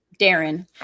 Darren